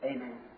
Amen